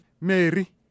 Mary